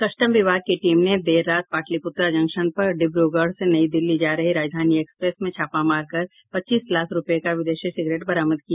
custom विभाग की team ने देर रात पाटलिपुत्रा जंक्शन पर डिब्रूगढ़ से नई दिल्ली जा रही राजधानी एक्सप्रेस में छापा मारकर पच्चीस लाख रूपये का विदेशी सिगरेट बरामद किया